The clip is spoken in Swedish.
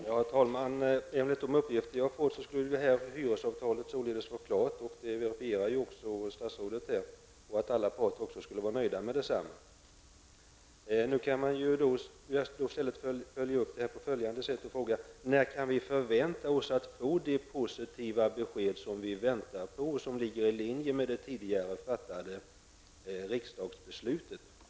Herr talman! Enligt de uppgifter jag har fått skulle hyresavtalet vara klart -- det verifierar statsrådet också. Jag har tidigare hört att alla parter skulle vara nöjda med detsamma. Jag skulle då i stället vilja fråga: När kan vi vänta oss att få det positiv besked som vi väntar på och som ligger i linje med det tidigare fattade riksdagsbeslutet?